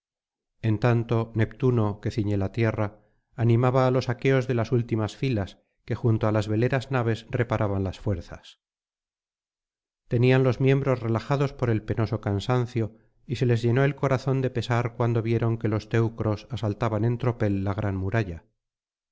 en tanto neptuno que ciñe la tierra animaba á los aqueos de las últimas filas que junto á las veleras naves reparaban las fuerzas tenían los miembros relajados por el penoso cansancio y se les llenó el corazón de pesar cuando vieron que los teneros asaltaban en tropel la gran muralla